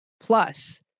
Plus